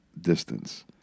distance